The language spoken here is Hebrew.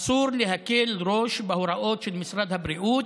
אסור להקל ראש בהוראות של משרד הבריאות,